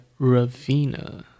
Ravina